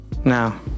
Now